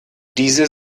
diese